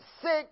six